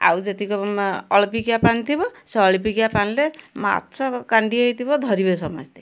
ଆଉ ଯେତିକି ଅଳ୍ପକିଆ ପାଣି ଥିବ ସେ ଅଳ୍ପକିଆ ପାଣିରେ ମାଛ କାଣ୍ଡି ହେଇଥିବ ଧରିବେ ସମସ୍ତେ